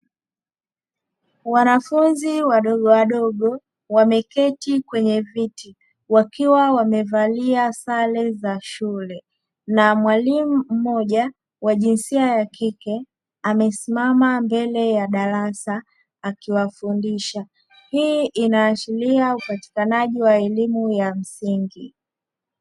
Wanafunzi wadogowado wameketi kwenye viti wakiwa wamevalia sare za shule, na mwalimu mmoja wa jinsia ya kike amesimama mbele ya darasa akiwafundisha; hii inaashiria upatikanaji wa elimu ya msingi